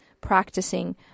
practicing